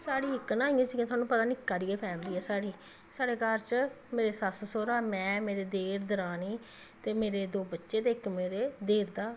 साढ़ी इक इ'यां जि'यां न थुहानूं पता जि'यां निक्की हारी फैमिली ऐ साढ़े घर च मेरे सौह्रा में मेरे देर दरानी दो मेरे बच्चे ते इक मेरे देर दा